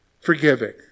Forgiving